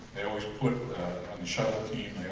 they always put on the shuttle team,